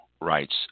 rights